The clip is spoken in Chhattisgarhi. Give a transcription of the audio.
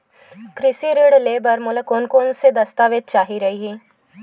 कृषि ऋण मिलही बर मोला कोन कोन स दस्तावेज चाही रही?